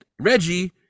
reggie